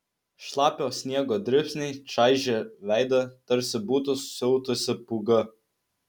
šlapio sniego dribsniai čaižė veidą tarsi būtų siautusi pūga